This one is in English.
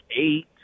eight